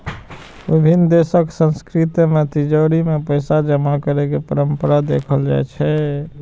विभिन्न देशक संस्कृति मे तिजौरी मे पैसा जमा करै के परंपरा देखल जाइ छै